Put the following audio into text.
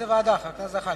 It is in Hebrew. חבר הכנסת זחאלקה?